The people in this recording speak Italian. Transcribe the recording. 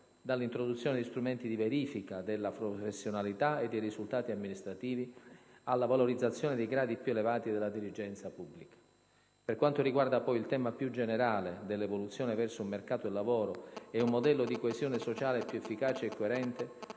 dall'introduzione di strumenti di verifica della professionalità e dei risultati amministrativi, alla valorizzazione dei gradi più elevati della dirigenza pubblica. Per quanto riguarda, poi, il tema più generale dell'evoluzione verso un mercato del lavoro e un modello di coesione sociale più efficace e coerente,